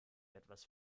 etwas